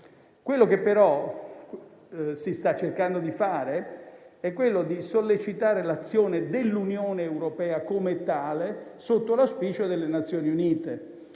Quello che però si sta cercando di fare è sollecitare l'azione dell'Unione europea come tale sotto l'auspicio delle Nazioni Unite